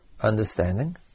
understanding